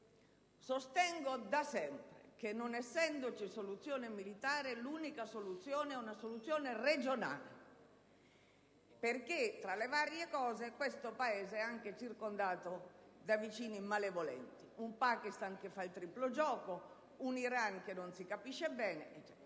sostengo da sempre che, non essendoci soluzione militare, l'unica è una soluzione regionale, perché, tra le varie cose, questo Paese è anche circondato da vicini malevoli: un Pakistan che fa il triplo gioco, un Iran che non si capisce bene, eccetera.